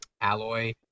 Alloy